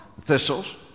thistles